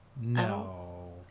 No